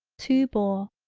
two bore,